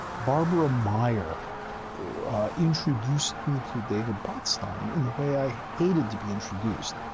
barbara meyer introduced me to david botstein in the way i hated to be introduced.